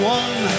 one